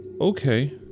Okay